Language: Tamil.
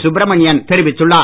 சுப்ரமணியன் தெரிவித்துள்ளார்